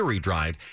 drive